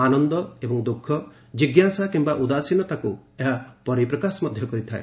ଆନନ୍ଦ ଏବଂ ଦୁଃଖ ଜିଞ୍ଜାସା କିୟା ଉଦାସୀନତାକୁ ଏହା ପରିପ୍ରକାଶ କରିଥାଏ